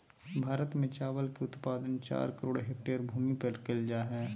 भारत में चावल के उत्पादन चार करोड़ हेक्टेयर भूमि पर कइल जा हइ